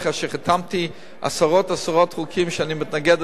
שחתמתי על עשרות-עשרות חוקים שאני מתנגד להם,